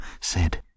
said—